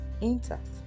intact